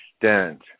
extent